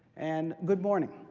and good morning.